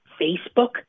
Facebook